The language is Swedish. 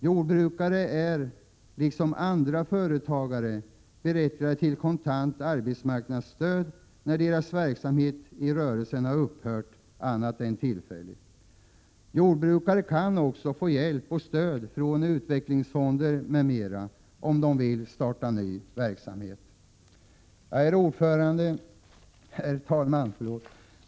Jordbrukare är, liksom andra företagare, berättigade till kontant arbetsmarknadsstöd då deras verksamhet i rörelsen har upphört annat än tillfälligt. Jordbrukare kan också få hjälp och stöd från utvecklingsfonder m.m. om de vill starta ny verksamhet. Herr talman!